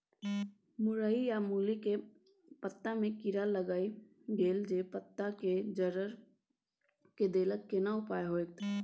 मूरई आ मूली के पत्ता में कीरा लाईग गेल जे पत्ता के जर्जर के देलक केना उपाय होतय?